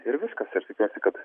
ir viskas aš tikiuosi kad